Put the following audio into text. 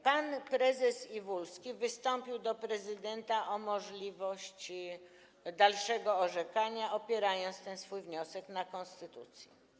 Pan prezes Iwulski wystąpił do prezydenta o możliwość dalszego orzekania, opierając swój wniosek na konstytucji.